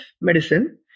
medicine